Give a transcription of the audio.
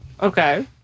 Okay